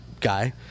guy